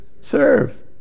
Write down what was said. serve